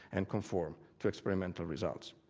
and conform to experimental results.